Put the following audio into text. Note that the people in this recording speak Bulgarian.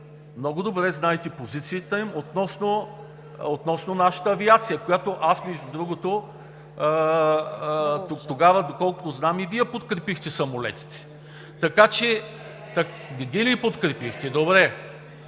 много добре знаете позицията им относно нашата авиация. Между другото, тогава, доколкото знам, и Вие подкрепихте самолетите. (Реплики от ДПС.) Не ги ли подкрепихте?! Добре.